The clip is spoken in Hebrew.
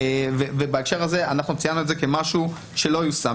ובהקשר הזה ציינו את זה כמשהו שלא יושם.